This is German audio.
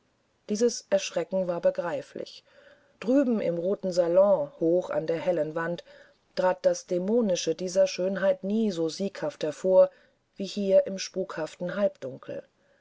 dieses erschrecken war begreiflich drüben im roten salon hoch an der hellen wand trat das dämonische dieser schönheit nie so sieghaft hervor wie hier im spukhaften halbdunkel